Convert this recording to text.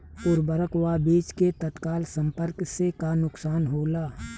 उर्वरक व बीज के तत्काल संपर्क से का नुकसान होला?